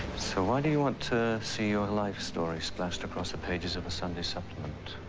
so why do you want to see your life story splashed across the pages of a sunday supplement?